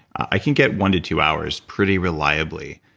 i can get one to two hours pretty reliably.